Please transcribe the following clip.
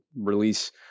release